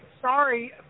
sorry